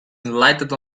enlightened